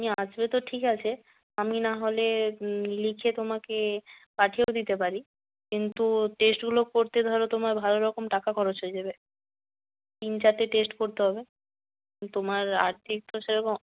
তুমি আসবে তো ঠিক আছে আমি না হলে লিখে তোমাকে পাঠিয়েও দিতে পারি কিন্তু টেস্টগুলো করতে ধরো তোমার ভালোরকম টাকা খরচ হয়ে যাবে তিন চারটে টেস্ট করতে হবে তোমার আর্থিক তো সেরকম